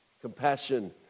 Compassion